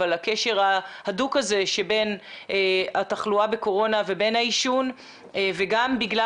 אבל הקשר ההדוק הזה שבין התחלואה בקורונה ובין העישון וגם בגלל